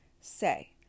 Say